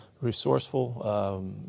resourceful